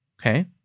Okay